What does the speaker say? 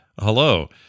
hello